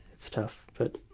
it's tough. but